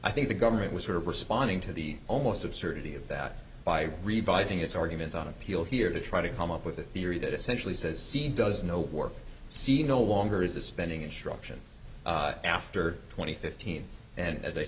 i think the government was sort of responding to the almost absurdity of that by revising its argument on appeal here to try to come up with a theory that essentially says he does no work see no longer is the spending in shropshire after twenty fifteen and as i